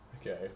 Okay